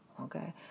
Okay